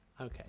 Okay